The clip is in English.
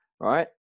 right